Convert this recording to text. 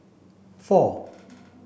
four